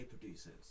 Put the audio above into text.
producers